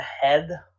head